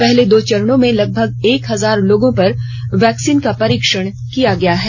पहले दो चरणों में लगभग एक हजार लोगों पर वैक्सीन का परीक्षण किया गया है